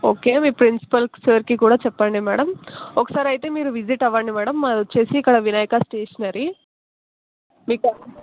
okay మీ principal సార్కి కూడా చెప్పండి మ్యాడమ్ ఒకసారి అయితే మీరు విసిట్ అవ్వండి మ్యాడమ్ మాది వచ్చి ఇక్కడ వినాయకా స్టేషనరీ మీకు